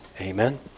Amen